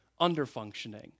underfunctioning